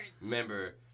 Remember